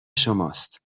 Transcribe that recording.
شماست